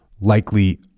likely